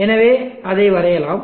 எனவே அதை வரையலாம்